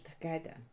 together